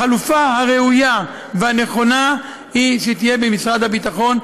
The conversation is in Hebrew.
החלופה הראויה והנכונה היא שהיא תהיה במשרד הביטחון.